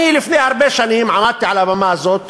אני, לפני הרבה שנים, עמדתי על הבמה הזאת,